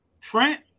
Trent